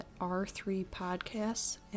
r3podcasts